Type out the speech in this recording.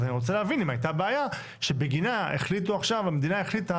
אז אני רוצה להבין אם הייתה בעיה שבגינה המדינה החליטה